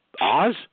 Oz